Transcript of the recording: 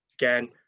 again